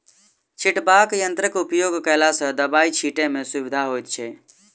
छिटबाक यंत्रक उपयोग कयला सॅ दबाई छिटै मे सुविधा होइत छै